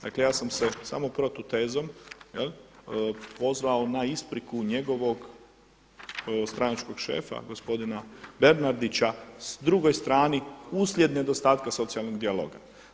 Dakle ja sam se samo protutezom pozvao na ispriku njegovog stranačkog šefa, gospodina Bernardića, drugoj strani uslijed nedostatka socijalnog dijaloga.